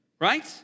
Right